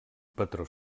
patró